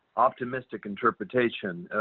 optimistic interpretation.